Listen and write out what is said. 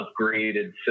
upgraded